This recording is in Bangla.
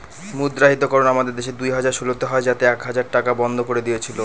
মুদ্রাহিতকরণ আমাদের দেশে দুই হাজার ষোলোতে হয় যাতে এক হাজার টাকা বন্ধ করে দিয়েছিল